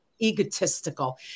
egotistical